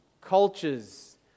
cultures